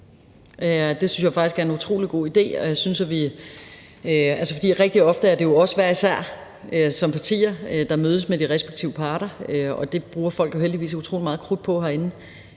Det synes jeg faktisk er en utrolig god idé, for rigtig ofte er det jo partierne, der hver især mødes med de respektive parter, og det bruger folk jo heldigvis utrolig meget krudt på herinde.